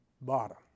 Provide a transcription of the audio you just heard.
bottom